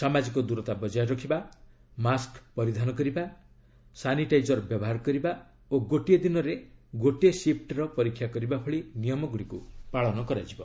ସାମାଜିକ ଦୂରତା ବଜାୟ ରଖିବା ମାସ୍କ ପରିଧାନ କରିବା ସାନିଟାଇଜର ବ୍ୟବହାର କରିବା ଓ ଗୋଟିଏ ଦିନରେ ଗୋଟିଏ ସିଫ୍ଟର ପରୀକ୍ଷା କରିବା ଭଳି ନିୟମଗୁଡ଼ିକୁ ପାଳନ କରାଯିବ